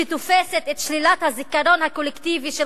שתופסת את שלילת הזיכרון הקולקטיבי של